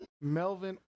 Melvin